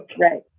Right